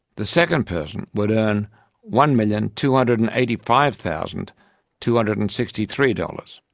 the second person would earn one million two hundred and eighty five thousand two hundred and sixty three dollars.